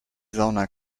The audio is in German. sauna